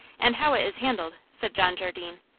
and how it is handled, said john jardine.